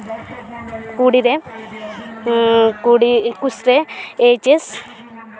ᱠᱩᱲᱤᱨᱮ ᱠᱩᱲᱤ ᱮᱠᱩᱥ ᱨᱮ ᱮᱭᱤᱪ ᱮᱥ